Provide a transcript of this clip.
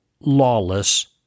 lawless